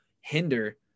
hinder